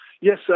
Yes